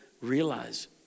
realize